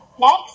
Next